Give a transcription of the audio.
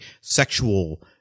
sexual